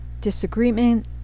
disagreement